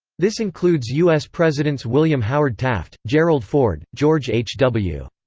this includes u s. presidents william howard taft, gerald ford, george h w.